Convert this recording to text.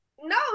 No